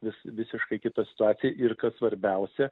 vis visiškai kita situacija ir kas svarbiausia